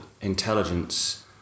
intelligence